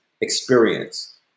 experience